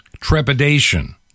trepidation